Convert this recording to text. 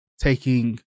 taking